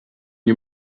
nie